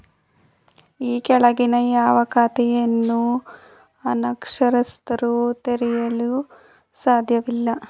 ಈ ಕೆಳಗಿನ ಯಾವ ಖಾತೆಗಳನ್ನು ಅನಕ್ಷರಸ್ಥರು ತೆರೆಯಲು ಸಾಧ್ಯವಿಲ್ಲ?